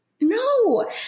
no